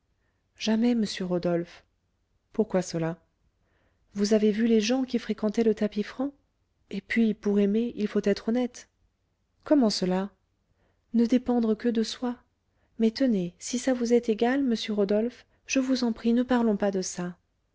jamais monsieur rodolphe pourquoi cela vous avez vu les gens qui fréquentaient le tapis franc et puis pour aimer il faut être honnête comment cela ne dépendre que de soi mais tenez si ça vous est égal monsieur rodolphe je vous en prie ne parlons pas de ça